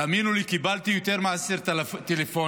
תאמינו לי, קיבלתי יותר מעשרה טלפונים,